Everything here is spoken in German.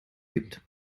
gibt